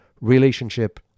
relationship